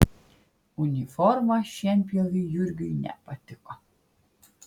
uniforma šienpjoviui jurgiui nepatiko